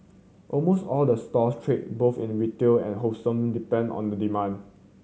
almost all the stores trade both in retail and wholesale depend on the demand